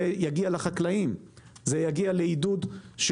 זה יגיע לעידוד של